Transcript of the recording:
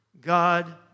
God